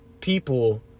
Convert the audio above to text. people